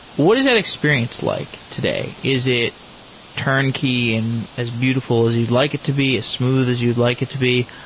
what is that experience like today? is it turnkey and as beautiful as you'd like it to be? as smooth as you'd like it to be?